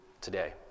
today